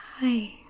Hi